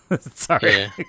Sorry